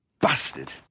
Bastard